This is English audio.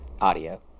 audio